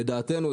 לדעתנו,